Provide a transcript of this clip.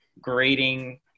grading